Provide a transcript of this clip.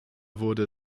wurde